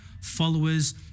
followers